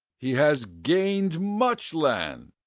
he has gained much land!